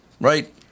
Right